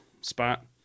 spot